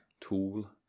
tool